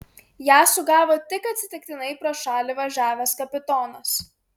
ją sugavo tik atsitiktinai pro šalį važiavęs kapitonas